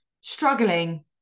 struggling